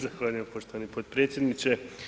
Zahvaljujem poštovani potpredsjedniče.